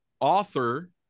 author